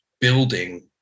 building